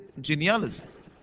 genealogies